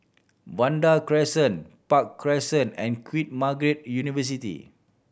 Vanda Crescent Park Crescent and Queen Margaret University